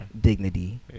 dignity